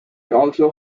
also